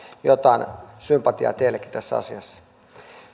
jotain sympatiaa teillekin tässä asiassa